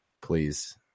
please